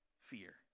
fear